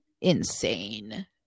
insane